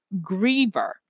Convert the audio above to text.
griever